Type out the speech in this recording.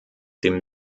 dem